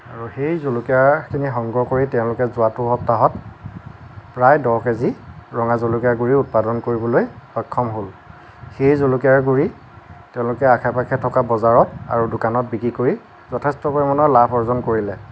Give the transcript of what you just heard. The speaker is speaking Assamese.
আৰু সেই জলকীয়াখিনি সংগ্ৰহ কৰি তেওঁলোকে যোৱাটো সপ্তাহত প্ৰায় দহ কেজি ৰঙা জলকিয়াৰ গুড়ি উৎপাদন কৰিবলৈ সক্ষম হ'ল সেই জলকিয়াৰ গুড়ি তেওঁলোকে আশে পাশে থকা বজাৰত আৰু দোকানত বিক্ৰী কৰি যথেষ্ট পৰিমাণৰ লাভ অৰ্জন কৰিলে